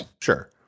sure